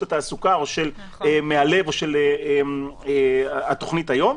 התעסוקה או של "מהלב" או של התוכנית היום.